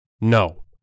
No